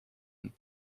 een